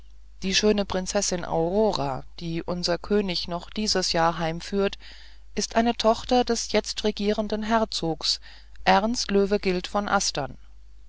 die schöne prinzessin aurora die unser könig noch dies jahr heimführt ist eine tochter des jetzt regierenden herzogs ernst löwegilt von astern